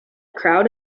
crowd